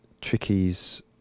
Tricky's